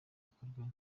gukorwa